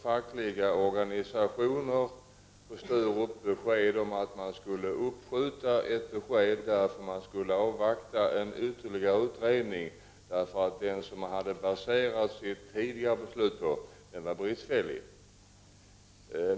Fackliga organisationer på Sturup fick veta att man skulle uppskjuta ett besked, eftersom man skulle avvakta en ytterligare utredning. Den utredning som man hade baserat sitt tidigare beslut på var bristfällig.